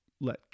let